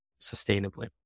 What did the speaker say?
sustainably